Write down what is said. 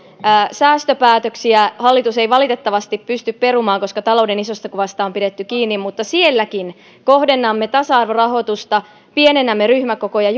säästöpäätöksiä hallitus ei valitettavasti pysty perumaan koska talouden isosta kuvasta on pidetty kiinni mutta sielläkin kohdennamme tasa arvorahoitusta pienennämme ryhmäkokoja